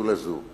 אני